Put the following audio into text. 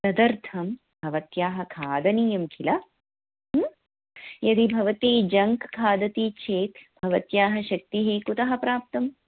तदर्थं भवत्याः खादनीयं किल यदि भवती जङ्क् खादति चेत् भवत्याः शक्तिः कुतः प्राप्तम्